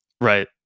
Right